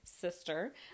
sister